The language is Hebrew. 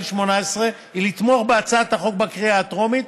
2018 היא לתמוך בהצעת החוק בקריאה הטרומית.